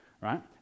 right